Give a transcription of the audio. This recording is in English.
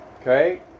Okay